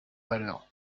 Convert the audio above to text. valeur